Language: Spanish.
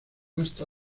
hasta